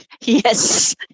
Yes